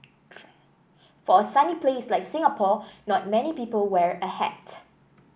for a sunny place like Singapore not many people wear a hat